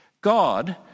God